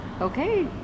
okay